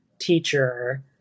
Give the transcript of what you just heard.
teacher